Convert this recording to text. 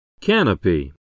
Canopy